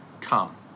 come